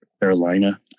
Carolina